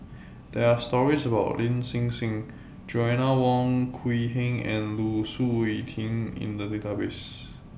There Are stories about Lin Hsin Hsin Joanna Wong Quee Heng and Lu Suitin in The Database